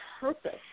purpose